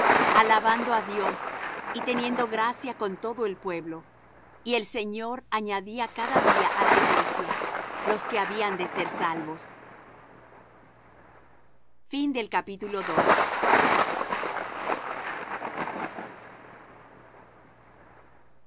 alabando á dios y teniendo gracia con todo el pueblo y el señor añadía cada día á la iglesia los que habían de ser salvos pedro y